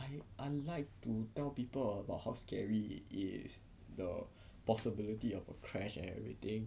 I I like to tell people about how scary it is the possibility of a crash and everything